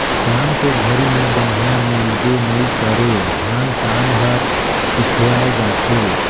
काम के घरी मे बनिहार मिलबे नइ करे धान पान हर पिछवाय जाथे